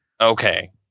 Okay